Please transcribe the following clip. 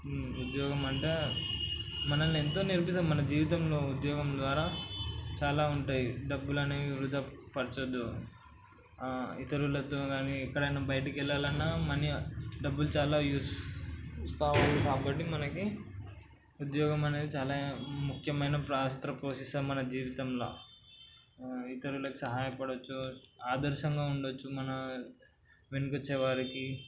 ఉద్యోగం అంటే మనల్ని ఎంతో నేర్పిస్తది మన జీవితంలో ఉద్యోగం ద్వారా చాలా ఉంటాయి డబ్బులు అనేవి వృథా పరచవద్దు ఇతరులతో కానీ ఎక్కడైనా బయటికి వెళ్ళాలి అన్న కానీ డబ్బులు చాలా యూజ్ కావాలి కాబట్టి మనకి ఉద్యోగం అనేది చాలా ముఖ్యమైన పాత్ర పోషిస్తుంది మన జీవితంలో ఇతరులకు సహాయ పడవచ్చు ఆదర్శంగా ఉండవచ్చు మన వెనుకొచ్చే వారికి